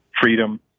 freedom